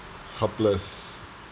helpless